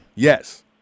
Yes